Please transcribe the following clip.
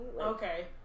Okay